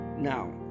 Now